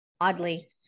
oddly